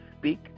speak